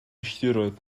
filltiroedd